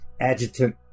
adjutant